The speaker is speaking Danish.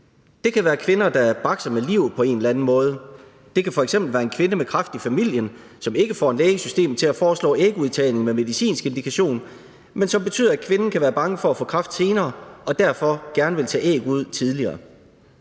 Det kan være kvinder, der bakser med livet på en eller anden måde. Det kan f.eks. være en kvinde med kræft i familien, som ikke får lægesystemet til at foreslå ægudtagning med medicinsk indikation, men som betyder, at kvinden kan være bange for at få kræft senere og derfor gerne vil have taget æg ud tidligere.